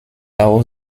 auch